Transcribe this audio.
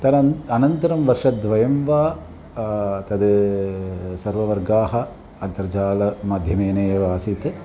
अनन्तरम् अनन्तरं वर्षद्वयं वा तत् सर्ववर्गाः अन्तर्जालमाध्यमेनैव आसीत्